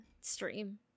stream